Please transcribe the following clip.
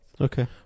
Okay